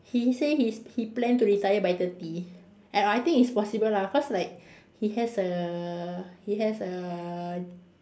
he say his he plan to retire by thirty and I think it's possible lah cause like he has a he has a